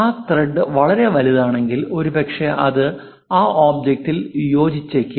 ആ ത്രെഡ് വളരെ വലുതാണെങ്കിൽ ഒരുപക്ഷേ അത് ആ ഒബ്ജക്റ്റിൽ യോജിച്ചേക്കില്ല